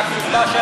ועל הקצבה,